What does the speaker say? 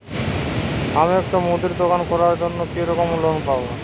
আমি একটি মুদির দোকান করার জন্য কি রকম লোন পাব?